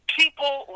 people